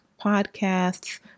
podcasts